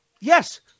Yes